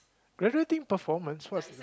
graduating performance what's